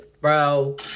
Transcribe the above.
bro